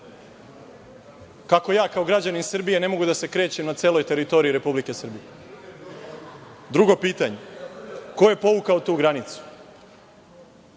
Kako ja kao građanin Srbije ne mogu da se krećem na celoj teritoriji Republike Srbije? Drugo pitanje, ko je povukao tu granicu? Treće